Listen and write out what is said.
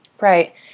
Right